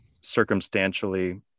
circumstantially